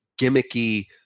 gimmicky